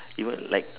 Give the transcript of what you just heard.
he will like